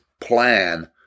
plan